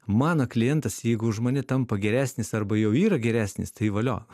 mano klientas jeigu už mane tampa geresnis arba jau yra geresnis tai valio